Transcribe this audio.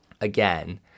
again